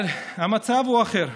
אבל המצב הוא אחר.